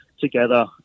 together